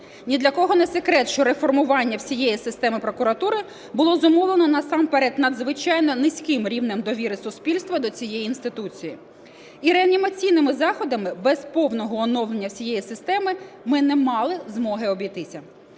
Ні для кого не секрет, що реформування всієї системи прокуратури було зумовлено насамперед надзвичайно низьким рівнем довіри суспільства до цієї інституції. І реанімаційними заходами, без повного оновлення всієї системи, ми не мали змоги обійтися.